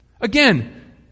Again